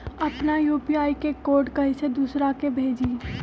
अपना यू.पी.आई के कोड कईसे दूसरा के भेजी?